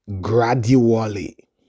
gradually